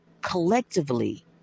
collectively